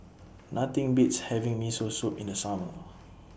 Nothing Beats having Miso Soup in The Summer